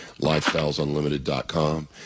lifestylesunlimited.com